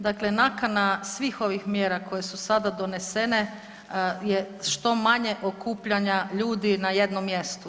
Dakle, nakana svih ovih mjera koje su sada donesene je što manje okupljanja ljudi na jednom mjestu.